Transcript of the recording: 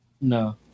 No